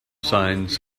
signs